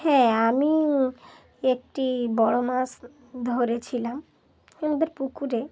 হ্যাঁ আমি একটি বড়ো মাছ ধরেছিলাম আমাদের পুকুরে